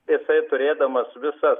jisai turėdamas visas